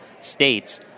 states